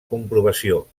comprovació